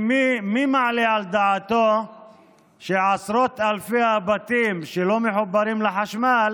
כי מי מעלה על דעתו שעשרות אלפי הבתים שלא מחוברים לחשמל